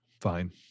Fine